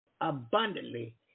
abundantly